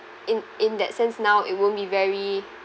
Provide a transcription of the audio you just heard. in in that sense now it won't be very